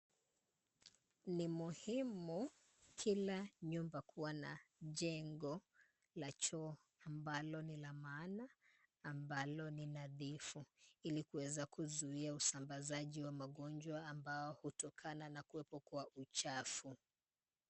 Ni muhimu kila nyumba kuwa na jengo la choo ambalo ni la maana, ambalo ni nadhifu, ili kuweza kuzuia usambazaji wa magonjwa ambao hutokana na kuwepo kwa uchafu.